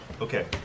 Okay